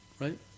Right